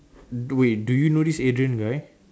wait do you know this Adrian guy